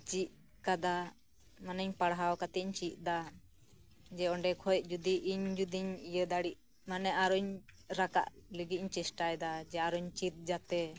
ᱪᱮᱫ ᱠᱟᱫᱟ ᱢᱟᱱᱮᱧ ᱯᱟᱲᱦᱟᱣ ᱠᱟᱛᱮ ᱪᱮᱫ ᱫᱟ ᱡᱮ ᱚᱸᱰᱮ ᱠᱷᱚᱡ ᱡᱩᱫᱤ ᱤᱧ ᱡᱩᱫᱤᱧ ᱤᱭᱟᱹ ᱫᱟᱲᱮᱜ ᱢᱟᱱᱮ ᱟᱨᱚᱧ ᱨᱟᱠᱟᱯ ᱞᱟᱜᱤᱜ ᱤᱧ ᱪᱮᱥᱴᱟᱭ ᱫᱟ ᱡᱟ ᱟᱧᱨᱚᱧ ᱪᱮᱛ ᱡᱟᱛᱮ